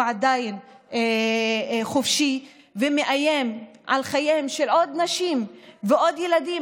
הוא עדיין חופשי ומאיים על חייהם של עוד נשים ועוד ילדים,